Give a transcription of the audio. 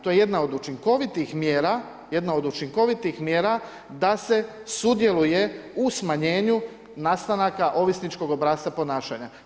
To je jedna od učinkovitih mjera jedna od učinkovitih mjera, da se sudjeluje u smanjenju nastavaka ovisničkog obrasca ponašanja.